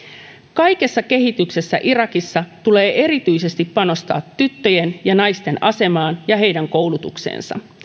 kaikessa kehityksessä irakissa tulee erityisesti panostaa tyttöjen ja naisten asemaan ja heidän koulutukseensa